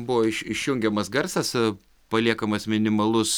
buvo iš išjungiamas garsas paliekamas minimalus